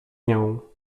nią